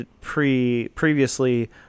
previously